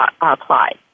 apply